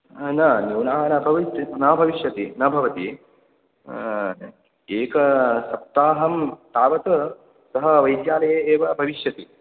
न न्यूनाः न भवन् न भविष्यति न भवति एकसप्ताहं यावत् सः वैद्यालये एव भविष्यति